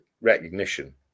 recognition